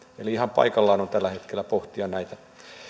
eli ihan paikallaan on tällä hetkellä pohtia näitä